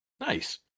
Nice